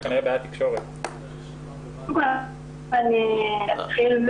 פתוחים, ניתן לקבל